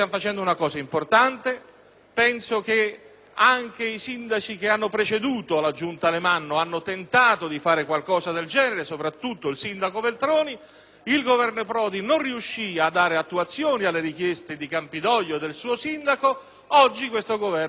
importante. Anche i sindaci che hanno preceduto la giunta Alemanno hanno tentato di fare qualcosa del genere, soprattutto il sindaco Veltroni. Il Governo Prodi non riuscì a dare attuazione alle richieste di Campidoglio del suo sindaco. Oggi questo Governo lo fa. Grazie di nuovo.